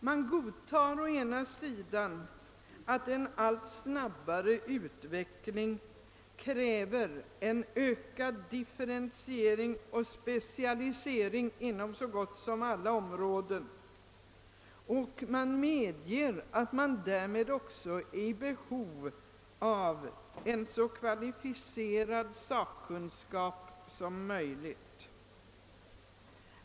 Å ena sidan godtar man, att en allt snabbare utveckling kräver ökad differentiering och specialisering inom så gott som alla områden, och man medger att det därmed också finns behov av så kvalificerad sakkunskap som möjligt.